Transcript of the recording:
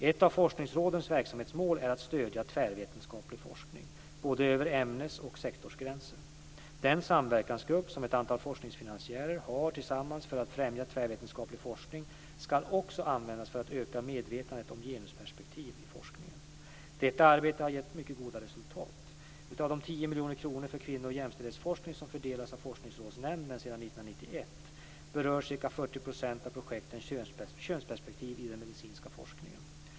Ett av forskningsrådens verksamhetsmål är att stödja tvärvetenskaplig forskning, både över ämnes och sektorsgränser. Den samverkansgrupp som ett antal forskningsfinansiärer har tillsammans för att främja tvärvetenskaplig forskning ska också användas för att öka medvetandet om genusperspektiv i forskningen. Detta arbete har gett mycket goda resultat. Av de 10 miljoner kronor för kvinno och jämställdhetsforskning som fördelats av Forskningsrådsnämnden sedan 1991 berör ca 40 % av projekten könsperspektiv i den medicinska forskningen.